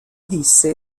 disse